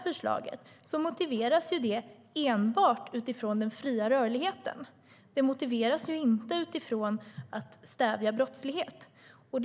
Förslaget motiveras enbart utifrån den fria rörligheten och inte utifrån att stävja brottslighet.